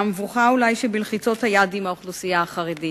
מהמבוכה אולי שבלחיצת היד עם האוכלוסייה החרדית,